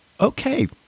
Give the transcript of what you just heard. okay